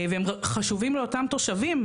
והם חשובים לאותם תושבים.